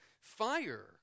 fire